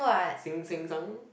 sink sank sunk